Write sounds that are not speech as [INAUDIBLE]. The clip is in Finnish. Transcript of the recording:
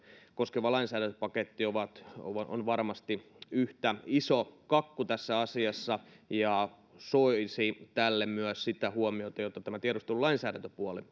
koskeva lainsäädäntöpaketti on varmasti yhtä iso kakku tässä asiassa ja soisi tälle myös sitä huomiota jota tiedustelulainsäädäntöpuoli [UNINTELLIGIBLE]